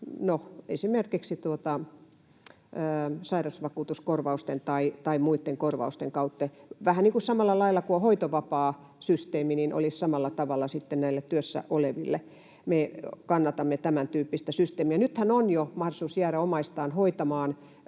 esimerkiksi sairausvakuutuskorvausten tai muitten korvausten kautta. Vähän samalla lailla kuin on hoitovapaasysteemi, olisi sitten järjestelmä näille työssä oleville. Me kannatamme tämäntyyppistä systeemiä. Nythän on jo mahdollisuus jäädä omaistaan hoitamaan